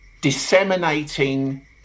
disseminating